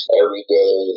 everyday